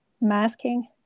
masking